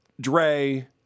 Dre